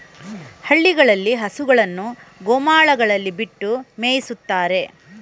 ಹಳ್ಳಿಗಳಲ್ಲಿ ಹಸುಗಳನ್ನು ಗೋಮಾಳಗಳಲ್ಲಿ ಬಿಟ್ಟು ಮೇಯಿಸುತ್ತಾರೆ